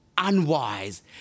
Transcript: unwise